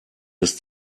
des